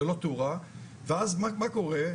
ואז מה קורה?